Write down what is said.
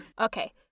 Okay